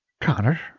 Connor